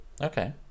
okay